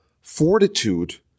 fortitude